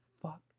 fuck